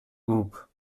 group